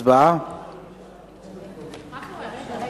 חוק כלי הירייה